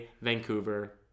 Vancouver